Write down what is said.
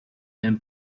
then